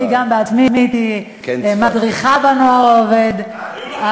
אני בעצמי הייתי מדריכה ב"נוער העובד".